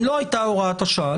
אם לא הייתה הוראת השעה,